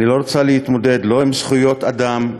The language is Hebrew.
אני לא רוצה להתמודד לא עם זכויות אדם,